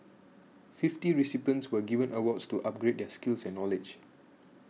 fifty recipients were given awards to upgrade their skills and knowledge